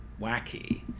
wacky